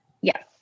Yes